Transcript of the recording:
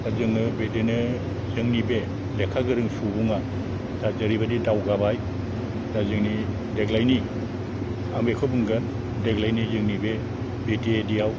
दा जोङो बिदिनो जोंनि बे लेखा गोरों सुबुंआ दा जेरैबादि दावगाबाय दा जोंनि देग्लायनि आं बेखौ बुंगोन देग्लायनि जोंनि बे बिटिएडिआव